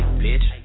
bitch